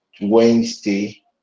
Wednesday